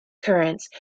currents